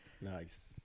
Nice